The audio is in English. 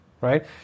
right